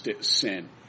sin